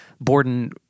Borden